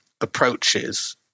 approaches